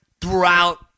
throughout